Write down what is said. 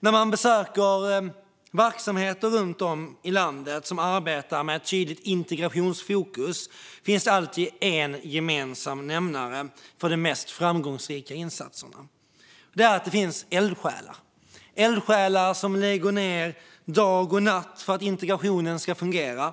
När man besöker verksamheter runt om i landet som arbetar med ett tydligt integrationsfokus finns det alltid en gemensam nämnare för de mest framgångsrika insatserna. Det är eldsjälar som arbetar dag och natt för att integrationen ska fungera.